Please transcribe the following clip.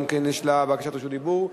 יש גם לה בקשת רשות דיבור.